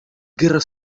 guerras